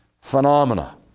phenomena